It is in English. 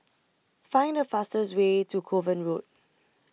Find The fastest Way to Kovan Road